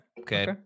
Okay